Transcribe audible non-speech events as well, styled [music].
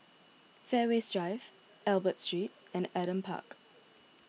[noise] Fairways Drive Albert Street and Adam Park